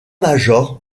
major